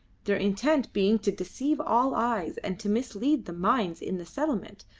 their intent being to deceive all eyes and to mislead the minds in the settlement,